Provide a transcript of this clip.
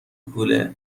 کوله